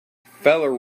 feller